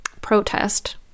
protest